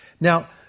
Now